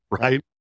right